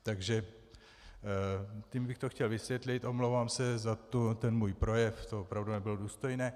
Takže tím bych to chtěl vysvětlit, omlouvám se za svůj projev, to opravdu nebylo důstojné.